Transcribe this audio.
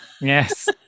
Yes